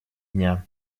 дня